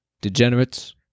degenerates